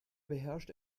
beherrscht